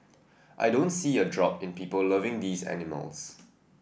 I don't see a drop in people loving these animals